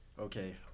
Okay